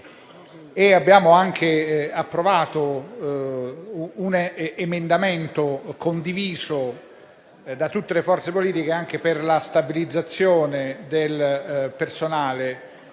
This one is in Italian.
abbiamo anche approvato un emendamento condiviso da tutte le forze politiche anche per la stabilizzazione del personale,